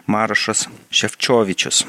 marašas ševčiovičius